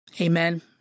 Amen